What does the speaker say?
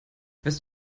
wärst